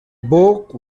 book